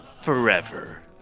forever